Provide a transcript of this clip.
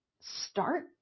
start